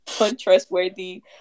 untrustworthy